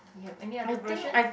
you have any other version